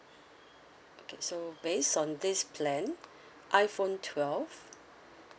okay so based on this plan iphone twelve